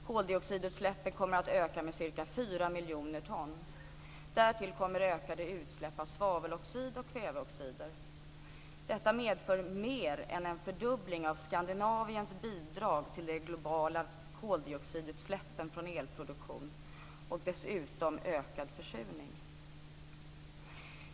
Koldioxidutsläppen kommer att öka med cirka fyra miljoner ton. Därtill kommer ökade utsläpp av svaveloxid och kväveoxid. Detta medför mer än en fördubbling av Skandinaviens bidrag till de globala koldioxidutsläppen från elproduktion och dessutom en ökad försurning.